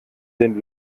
den